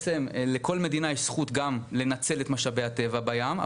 לכל מדינה גם יש זכות לנצל את משאבי הטבע בים,